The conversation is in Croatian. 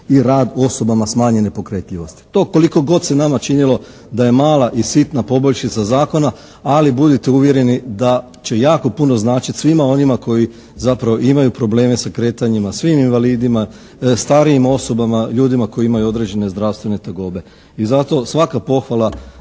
i rad osobama smanjenje pokretljivosti. To koliko god se nama činilo da je mala i sitna poboljšica zakona. Ali budite uvjereni da će jako puno značiti svima onima koji zapravo imaju probleme sa kretanjima, svim invalidima, starijim osobama, ljudima koji imaju određene zdravstvene tegobe. I zato svaka pohvala